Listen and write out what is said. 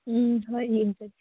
ꯎꯝ ꯍꯣꯏ ꯍꯦꯡꯖꯒꯦ